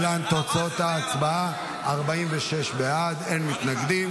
46 בעד, אין מתנגדים.